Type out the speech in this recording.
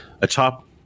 Atop